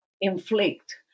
inflict